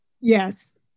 Yes